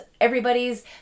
everybody's